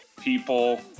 people